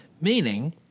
Meaning